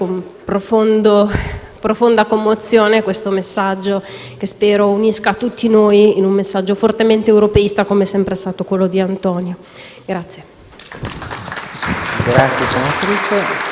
profonda commozione questo pensiero, che spero unisca tutti noi in un messaggio fortemente europeista, come è sempre stato quello di Antonio.